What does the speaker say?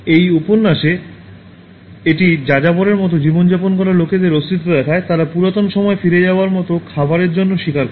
এখন এই উপন্যাসে এটি যাযাবর এর মতো জীবনযাপন করা লোকদের অস্তিত্ব দেখায় তারা পুরাতন সময়ে ফিরে যাওয়ার মতো খাবারের জন্য শিকার করে